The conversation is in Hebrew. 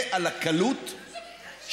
אין בעיה, תשיבי לי.